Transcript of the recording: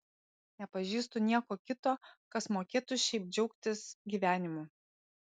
nepažįstu nieko kito kas mokėtų šiaip džiaugtis gyvenimu